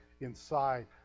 inside